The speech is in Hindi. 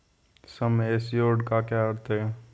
सम एश्योर्ड का क्या अर्थ है?